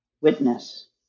witness